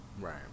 Right